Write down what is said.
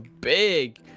big